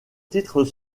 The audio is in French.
titres